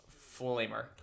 Flamer